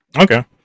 okay